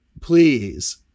please